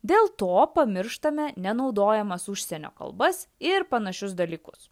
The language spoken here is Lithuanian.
dėl to pamirštame nenaudojamas užsienio kalbas ir panašius dalykus